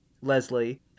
Leslie